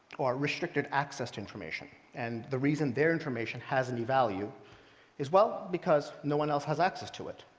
or restricted access to information. and the reason their information has any value is, well, because no one else has access to it.